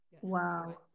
Wow